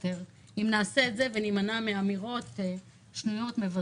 יותר אם נעשה את זה ונימנע מאמירות שנויות במחלוקת,